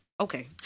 Okay